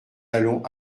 allons